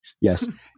yes